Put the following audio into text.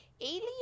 alien